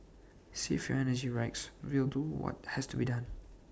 save your energy Rex we'll do what has to be done